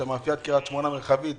כדי שמאפיית קריית שמונה מרחבית